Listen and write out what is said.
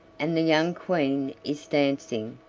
and the young queen is dancing,